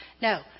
No